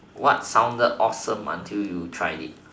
what sounded awesome until you tried it